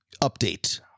update